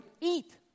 eat